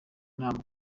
inama